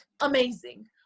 amazing